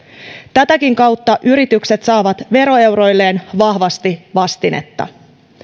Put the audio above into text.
tätäkin kautta yritykset saavat veroeuroilleen vahvasti vastinetta